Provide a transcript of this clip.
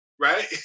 right